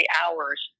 hours